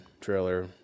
trailer